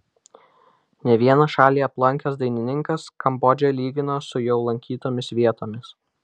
ne vieną šalį aplankęs dainininkas kambodžą lygina su jau lankytomis vietomis